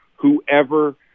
Whoever